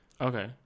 Okay